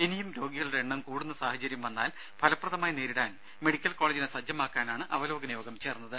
ഇനിയും രോഗികളുടെ എണ്ണം കൂടുന്ന സാഹചര്യം വന്നാൽ ഫലപ്രദമായി നേരിടാൻ മെഡിക്കൽ കോളേജിനെ സജ്ജമാക്കാനാണ് അവലോകന യോഗം ചേർന്നത്